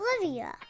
Olivia